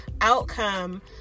outcome